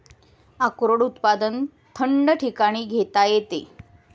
अक्रोड उत्पादन थंड ठिकाणी घेता येते